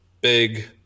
big